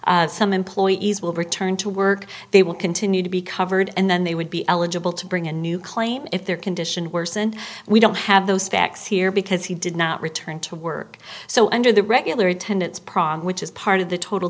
plan some employees will return to work they will continue to be covered and then they would be eligible to bring a new claim if their condition worsened we don't have those facts here because he did not return to work so under the regular attendance pran which is part of the total